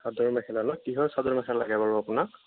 চাদৰ মেখেলা ন কিহৰ চাদৰ মেখেলা লাগে বাৰু আপোনাক